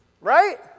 right